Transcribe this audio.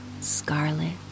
scarlet